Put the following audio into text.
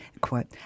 Quote